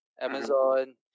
Amazon